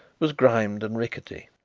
was grimed and rickety.